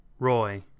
Roy